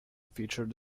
featured